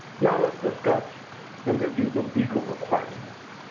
now let's discuss and review the legal requirements.